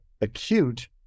acute